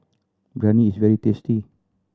biryani is very tasty